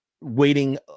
waiting